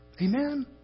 Amen